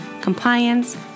compliance